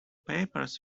papers